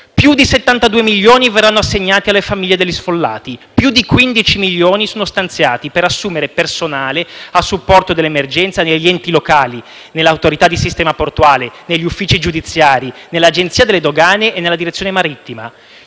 Più di 72 milioni di euro verranno assegnati alle famiglie degli sfollati; più di 15 milioni di euro sono stanziati per assumere personale a supporto dell’emergenza negli enti locali, nell’Autorità di sistema portuale, negli uffici giudiziari, nell’Agenzia delle dogane e nella Direzione marittima;